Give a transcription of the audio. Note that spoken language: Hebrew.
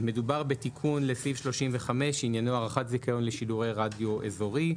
מדובר בתיקון לסעיף 35 שעניינו הארכת זיכיון לשידורי רדיו אזורי.